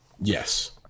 Yes